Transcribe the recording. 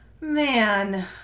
Man